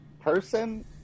person